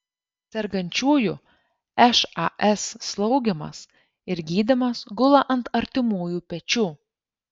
sergančiųjų šas slaugymas ir gydymas gula ant artimųjų pečių